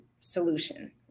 solution